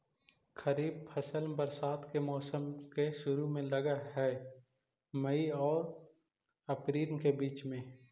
खरीफ फसल बरसात के मौसम के शुरु में लग हे, मई आऊ अपरील के बीच में